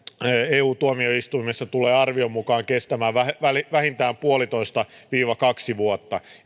eu tuomioistuimessa tulee arvion mukaan kestämään vähintään yksi pilkku viisi viiva kaksi vuotta